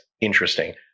interesting